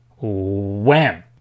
wham